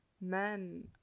men